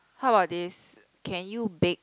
how about this can you bake